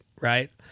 right